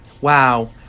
wow